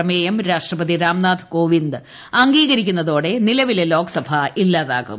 പ്രമേയം രാഷ്ട്രപതി രാംനാഥ് കോവിന്ദ് അംഗീകരിക്കുന്നതോടെ നിലവിലെ ലോക്സഭ ഇല്ലാതാകും